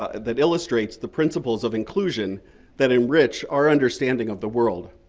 ah that illustrates the principles of inclusion that enrich our understanding of the world.